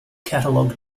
catalog